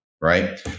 right